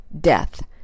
death